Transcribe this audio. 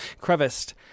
creviced